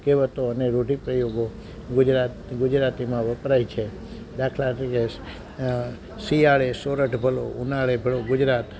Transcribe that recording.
કહેવતો અને રૂઢિપ્રયોગો ગુજરાત ગુજરાતીમાં વપરાય છે દાખલા તરીકે શિયાળે સોરઠ ભલો ઉનાળે ભલો ગુજરાત